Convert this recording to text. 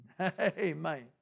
Amen